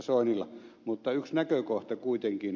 soinilla mutta yksi näkökohta kuitenkin